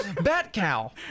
Bat-cow